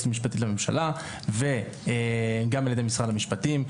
המשפטית לממשלה וגם על ידי משרד המשפטים.